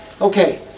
Okay